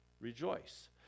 rejoice